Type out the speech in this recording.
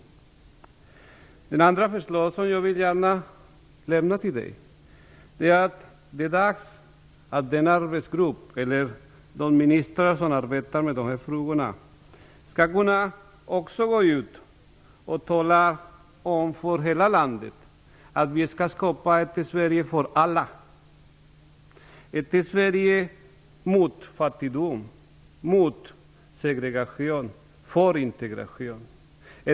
För det andra anser jag att det är dags att en arbetsgrupp eller de ministrar som arbetar med dessa frågor talar om för hela landet att vi skall skapa ett Sverige för alla, ett Sverige mot fattigdom, mot segregation, för integration.